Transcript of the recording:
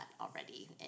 already